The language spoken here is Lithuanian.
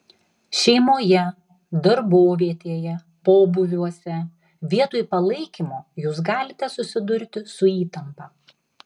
šeimoje darbovietėje pobūviuose vietoj palaikymo jūs galite susidurti su įtampa